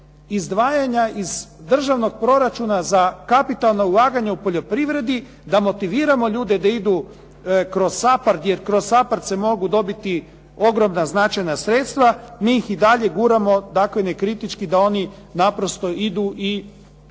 izdvajanja iz državnog proračuna za kapitalna ulaganja u poljoprivredi, da motiviramo ljude da idu kroz SAPARD jer kroz SAPARD se mogu dobiti ogromna značajna sredstva mi ih i dalje guramo nekritički da oni naprosto idu i